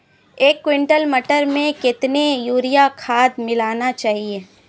एक कुंटल मटर में कितना यूरिया खाद मिलाना चाहिए?